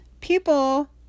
people